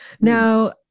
Now